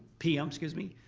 pm, excuse me.